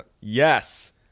Yes